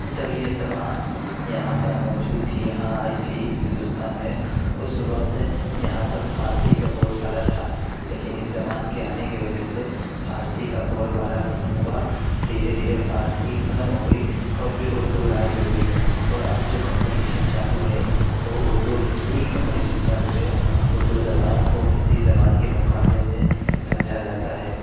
جب یہ زبان یہاں پر موجود تھی یہاں آئی تھی ہندوستان میں اس وقت یہاں پر فارسی کا بول بالا تھا لیکن اس زبان کے آنے کی وجہ سے فارسی کا بول بالا ختم ہوا دھیرے دھیرے فارسی ختم ہو گئی اور پھر اردو رائج ہو گئی اور اب جو کمپٹیشن چالو ہے وہ اردو اور ہندی کا کمپٹیشن چالو ہے اردو زبان کو ہندی زبان کے مقابلے میں سمجھا جاتا ہے